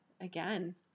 again